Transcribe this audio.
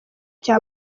cya